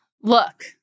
look